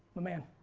my man?